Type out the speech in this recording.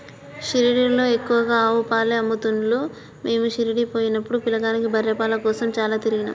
షిరిడీలో ఎక్కువగా ఆవు పాలే అమ్ముతున్లు మీము షిరిడీ పోయినపుడు పిలగాని బర్రె పాల కోసం చాల తిరిగినం